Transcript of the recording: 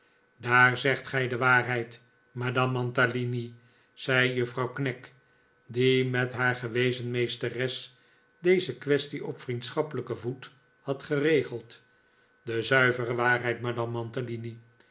daar zegt gij de waarheid madame mantalini zei juffrouw knag die met haar gewezen meesteres deze quaestie op vriendschappelijken voet had geregeld de zuivere waarheid madame